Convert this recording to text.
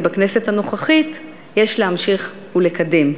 ובכנסת הנוכחית יש להמשיך ולקדם,